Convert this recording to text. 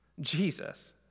Jesus